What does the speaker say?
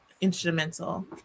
instrumental